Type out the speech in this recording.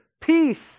peace